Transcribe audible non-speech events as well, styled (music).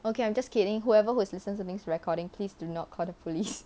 okay I'm just kidding whoever who's listening to this recording please do not call the police (laughs)